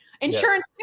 Insurance